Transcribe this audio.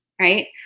right